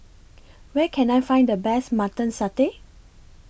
Where Can I Find The Best Mutton Satay